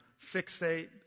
fixate